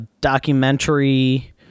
Documentary